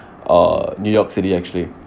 uh new york city actually